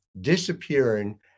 disappearing